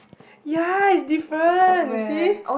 ya is different you see